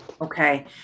Okay